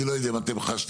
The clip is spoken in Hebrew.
אני לא יודע אם אתם חשתם.